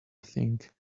think